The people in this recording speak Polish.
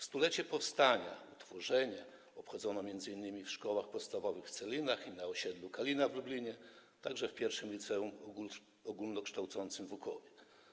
Stulecie powstania, utworzenia obchodzono m.in. w szkołach podstawowych w Celinach i na osiedlu Kalina w Lublinie, także w I Liceum Ogólnokształcącym w Łukowie.